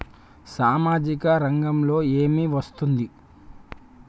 సామాజిక రంగంలో ఏమి వస్తుంది?